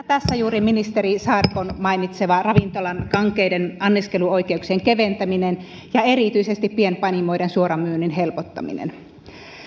tässä juuri ministeri saarikon mainitsema ravintolan kankeiden anniskeluoikeuksien keventäminen ja erityisesti pienpanimoiden suoramyynnin helpottaminen